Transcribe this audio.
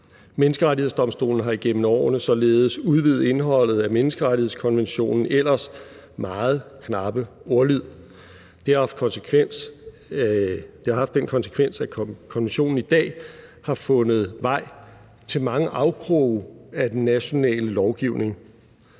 Menneskerettighedsdomstolen har igennem årene således udvidet indholdet af menneskerettighedskonventionens ellers meget knappe ordlyd. Det har haft den konsekvens, at konventionen i dag har fundet vej til mange afkroge af den nationale lovgivning,